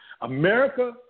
America